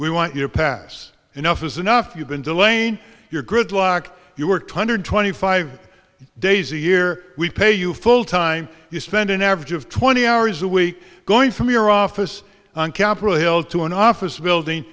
we want you pass enough is enough you've been delaying your gridlock you were two hundred twenty five days a year we pay you full time you spend an average of twenty hours a week going from your office on capitol hill to an office building